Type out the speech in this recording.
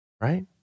Right